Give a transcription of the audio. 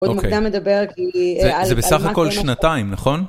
אוקיי. עוד מוקדם לדבר כי...זה בסך הכל שנתיים, נכון?